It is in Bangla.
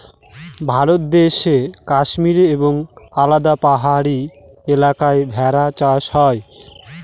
ভারত দেশে কাশ্মীরে এবং আলাদা পাহাড়ি এলাকায় ভেড়া চাষ হয়